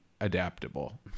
adaptable